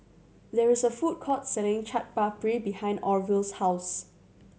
there is a food court selling Chaat Papri behind Orville's house